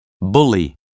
bully